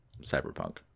Cyberpunk